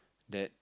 dad